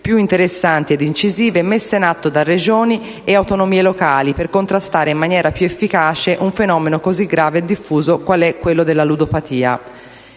più interessanti ed incisive messe in atto da Regioni ed autonomie locali per contrastare in maniera più efficace un fenomeno così grave e diffuso quale quello della ludopatia.